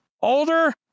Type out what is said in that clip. older